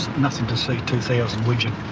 nothing to see two thousand wigeons